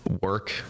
work